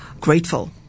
grateful